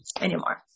anymore